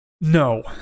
No